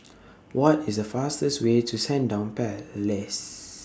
What IS The fastest Way to Sandown Palace